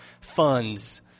funds